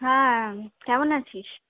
হ্যাঁ কেমন আছিস